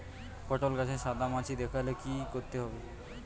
পটলে গাছে সাদা মাছি দেখালে কি করতে হবে?